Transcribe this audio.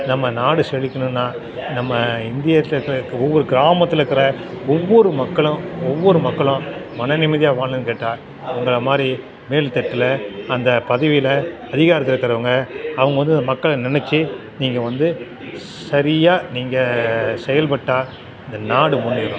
நம்ம நாடு செழிக்கணும்னா நம்ம இந்தியத்துலருக்கிற ஒவ்வொரு கிராமத்துலக்கிற ஒவ்வொரு மக்களும் ஒவ்வொரு மக்களும் மன நிம்மதியாக வாழணுன்னு கேட்டால் உங்களை மாதிரி மேல்தட்டில் அந்த பதவியில் அதிகாரத்தில் இருக்கிறவங்க அவங்க வந்து மக்களை நினச்சு நீங்கள் வந்து சரியாக நீங்கள் செயல்பட்டால் இந்த நாடு முன்னேறும்